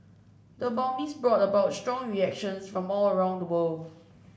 the bombings brought about strong reactions from all around the world